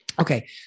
Okay